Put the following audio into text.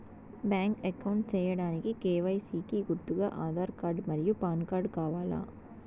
Bank account సేయడానికి KYC కి గుర్తుగా ఆధార్ కార్డ్ మరియు పాన్ కార్డ్ కావాలా?